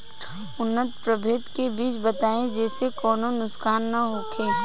उन्नत प्रभेद के बीज बताई जेसे कौनो नुकसान न होखे?